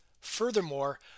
Furthermore